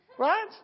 Right